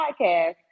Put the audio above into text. podcast